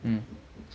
mm